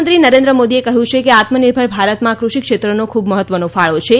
પ્રધાનમંત્રી નરેન્દ્ર મોદીએ કહ્યું છે કે આત્મનિર્ભર ભારતમાં કૃષિ ક્ષેત્રનો ખૂબ જ મહત્વનો ફાળો છે